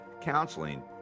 counseling